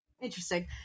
Interesting